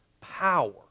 power